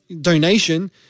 donation